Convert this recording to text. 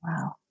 wow